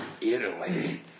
Italy